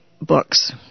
books